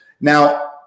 Now